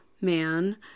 man